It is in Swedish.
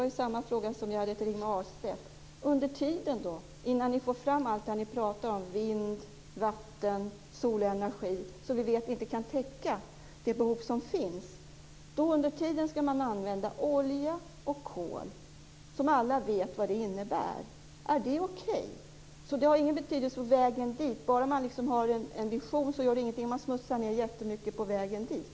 Om vi nu skall avveckla kärnkraften, vad händer då under tiden innan ni får fram allt det som ni talar om - vind-, vattenoch solenergi - som vi vet inte kan täcka det behov som finns? Är det okej att man under tiden använder olja och kol, som alla vet vad det innebär? Så vägen dit har alltså ingen betydelse. Om man bara har en vision, så gör det ingenting om man smutsar ned jättemycket på vägen dit?